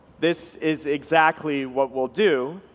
this is exactly what we'll do,